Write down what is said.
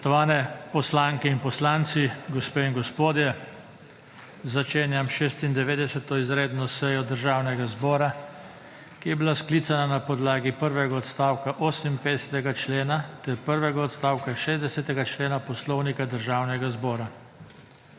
poslanke, kolegi poslanci, gospe in gospodje! Začenjam 93. izredno sejo Državnega zbora, ki sem jo sklical na podlagi prvega odstavka 58. člena ter drugega odstavka 60. člena Poslovnika Državnega zbora.